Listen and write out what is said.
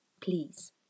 please